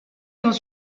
dans